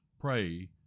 pray